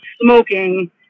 smoking